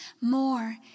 more